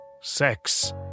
Sex